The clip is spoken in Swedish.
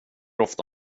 ofta